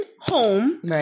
home